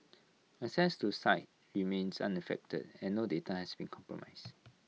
access to site remains unaffected and no data has been compromised